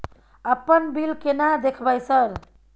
अपन बिल केना देखबय सर?